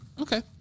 Okay